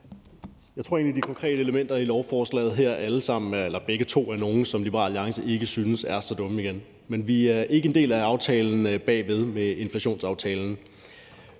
Jeg tror egentlig, at de konkrete elementer i lovforslaget begge to er nogle, som Liberal Alliance ikke synes er så dumme igen. Men vi er ikke en del af aftalen bagved, inflationsaftalen.